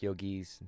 yogis